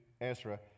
Ezra